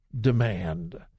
demand